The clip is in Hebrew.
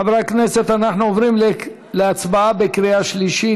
חברי הכנסת, אנחנו עוברים להצבעה בקריאה שלישית.